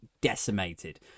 decimated